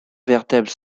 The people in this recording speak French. vertèbres